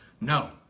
No